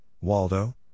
Waldo